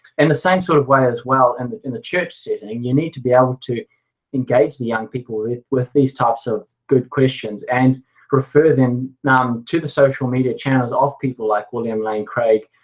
and the same sort of way as well and in the church setting, you need to be able to engage the young people with with these types of good questions, and refer them um to the social media channels of people like william lane craig,